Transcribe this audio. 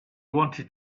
wanted